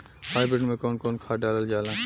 Hybrid में कउन कउन खाद डालल जाला?